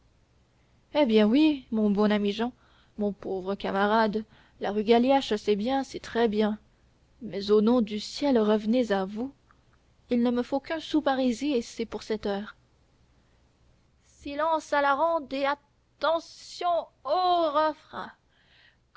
eh bien oui mon bon ami jehan mon pauvre camarade la rue galiache c'est bien c'est très bien mais au nom du ciel revenez à vous il ne me faut qu'un sou parisis et c'est pour sept heures silence à la ronde et attention au